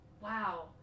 wow